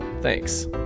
Thanks